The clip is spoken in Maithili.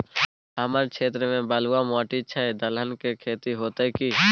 हमर क्षेत्र में बलुआ माटी छै, दलहन के खेती होतै कि?